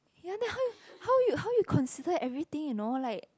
ya then how how you how you consider everything you know like